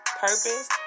Purpose